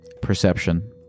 Perception